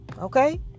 okay